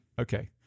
Okay